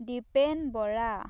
Dipen Bora